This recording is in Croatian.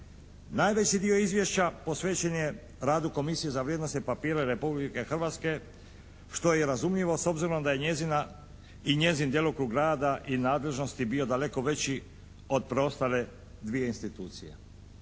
Najveći dio izvješća posvećen je radu Komisije za vrijednosne papire Republike Hrvatske što je i razumljivo s obzirom da je njezina i njezin djelokrug rada i nadležnosti bio daleko veći od preostale dvije institucije.